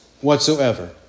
whatsoever